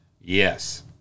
Yes